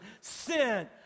sin